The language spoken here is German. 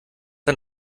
ein